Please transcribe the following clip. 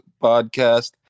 podcast